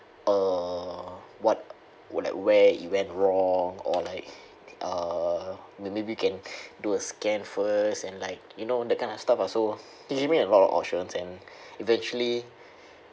uh what or like where it went wrong or like uh maybe we can do a scan first and like you know that kind of stuff lah so he gave me a lot of options and eventually